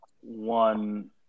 one